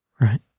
Right